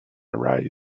arise